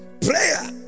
Prayer